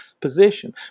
position